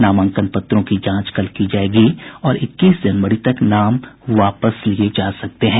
नामांकन पत्रों की जांच कल की जाएगी और इक्कीस जनवरी तक नाम वापस लिए जा सकते हैं